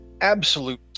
absolute